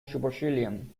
supercilium